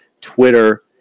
Twitter